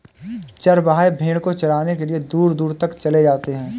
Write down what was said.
चरवाहे भेड़ को चराने के लिए दूर दूर तक चले जाते हैं